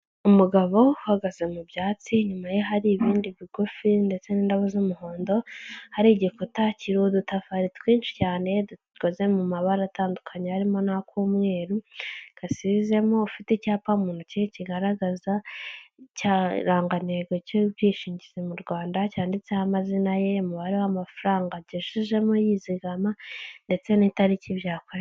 Umugabo uhagaze mu byatsi, inyuma ye hari ibindi bigufi ndetse n'indabo z'umuhondo, hari igikuta kiriho udutafari twinshi cyane dukoze mu mabara atandukanye harimo n'akumweru gasizemo, ufite icyapa mu ntoki, kigaragaza ikirangantego cy'ubwishingizi mu Rwanda, cyanditseho amazina ye, umubare w'amafaranga agejejemo yizigama ndetse n'itariki byakorewe.